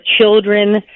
children